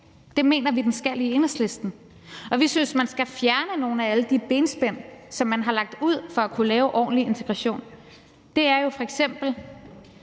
Det mener vi den skal i Enhedslisten, og vi synes, man skal fjerne nogle af alle de benspænd, som man har lagt ud, for at kunne lave en ordentlig integration. Det er f.eks.